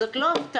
זאת לא הפתעה.